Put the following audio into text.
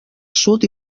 sud